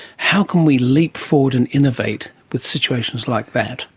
how can we leap forward and innovate with situations like that?